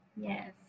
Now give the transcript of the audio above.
Yes